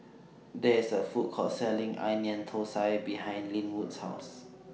There IS A Food Court Selling Onion Thosai behind Lynwood's House